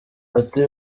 ati